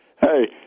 Hey